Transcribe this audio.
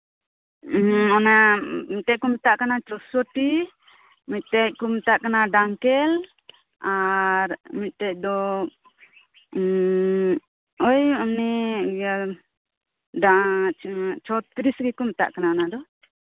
ᱚᱱᱟ ᱢᱤᱫᱴᱮᱡᱠᱩ ᱢᱮᱛᱟᱜ ᱠᱟᱱᱟ ᱪᱚᱥᱚᱴᱤ ᱢᱤᱫᱴᱮᱡᱠᱩ ᱢᱮᱛᱟᱜ ᱠᱟᱱᱟ ᱰᱟᱝᱠᱮᱞ ᱟᱨ ᱢᱤᱫᱴᱮᱡ ᱫᱚ ᱳᱭ ᱩᱱᱤ ᱪᱷᱚᱛᱨᱤᱥ ᱜᱮᱠᱩ ᱢᱮᱛᱟᱜ ᱠᱟᱱᱟ ᱚᱱᱟᱫᱚ